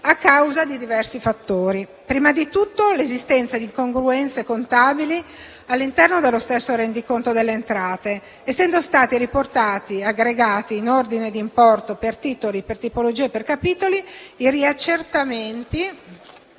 a causa di diversi fattori: prima di tutto l'esistenza di incongruenze contabili all'interno dello stesso rendiconto delle entrate, essendo stati riportati, aggregati in ordine di importo per titoli, per tipologia e per capitoli, i riaccertamenti